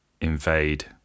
invade